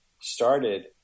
started